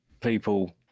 people